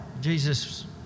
Jesus